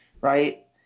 right